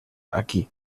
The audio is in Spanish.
aquí